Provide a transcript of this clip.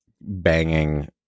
banging